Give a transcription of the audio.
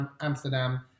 Amsterdam